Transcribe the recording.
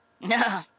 No